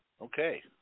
Okay